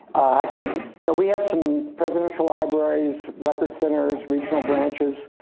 i said you know we have some presidential libraries, record centers, regional branches,